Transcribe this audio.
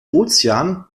ozean